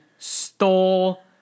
Stole